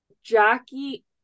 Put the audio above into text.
Jackie